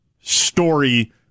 story